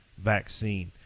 vaccine